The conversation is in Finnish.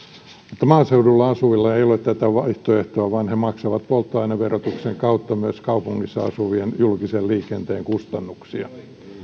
mutta maaseudulla asuvilla ei ole tätä vaihtoehtoa vaan he maksavat polttoaineverotuksen kautta myös kaupungissa asuvien julkisen liikenteen kustannuksia